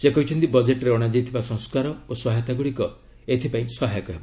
ସେ କହିଛନ୍ତି ବଜେଟରେ ଅଣାଯାଇଥିବା ସଂସ୍କାର ଓ ସହାୟତାଗୁଡ଼ିକ ଏଥିପାଇଁ ସହାୟକ ହେବ